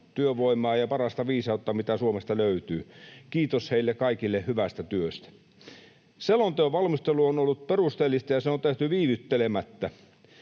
työvoimaa ja parasta viisautta, mitä Suomesta löytyy. Kiitos heille kaikille hyvästä työstä. Selonteon valmistelu on ollut perusteellista, ja se on tehty viivyttelemättä.